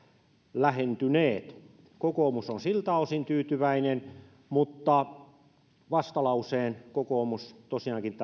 lähentyneet kokoomus on siltä osin tyytyväinen mutta vastalauseen kokoomus tosiaankin